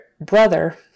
brother